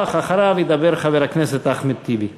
ואחריו ידבר חבר הכנסת אחמד טיבי.